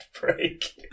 break